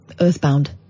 Earthbound